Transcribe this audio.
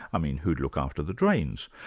i mean who'd look after the drains?